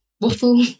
waffle